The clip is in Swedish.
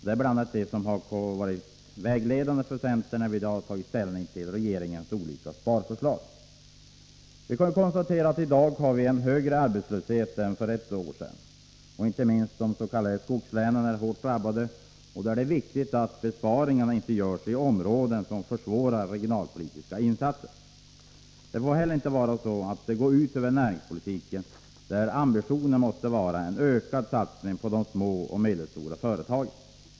Det är bl.a. detta som varit vägledande för centern när vi har tagit ställning till regeringens olika sparförslag. Vi kan konstatera att vi i dag har en högre arbetslöshet än för ett år sedan. Inte minst de s.k. skogslänen är hårt drabbade, och då är det viktigt att besparingarna inte görs inom områden som försvårar regionalpolitiska insatser. Det får inte heller gå ut över näringspolitiken, där ambitionen måste vara en ökad satsning på de småoch medelstora företagen.